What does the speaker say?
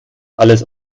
alles